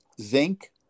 zinc